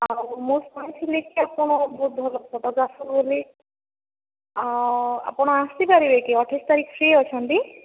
ଆଉ ମୁଁ ଶୁଣିଥିଲି କି ଆପଣ ବହୁତ ଭଲ ଫଟୋଗ୍ରାଫର ବୋଲି ଆପଣ ଆସି ପାରିବେ କି ଅଠେଇଶି ତାରିଖ ଫ୍ରି ଅଛନ୍ତି